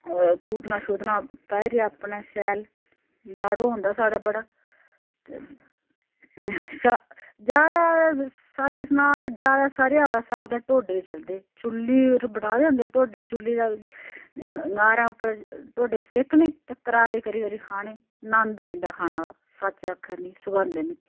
पूतना शूतना पाइरै अपने असें शैल दाड़ो होंदा साढ़ै बड़ा ते अच्छा ज्यादा सच्च सनां ते ज्यादा सरेआं दा साग ते टोडे चलदे चुल्ली उप्पर बनाए दे होंदे टोडे चुल्ली ङारा उप्पर टोडे सेकने ते करारे करी करी खाने नन्द आई जंदा खाने दा सच्च आक्खा'रनी संगध ऐ मिगी